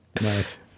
Nice